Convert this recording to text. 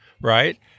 right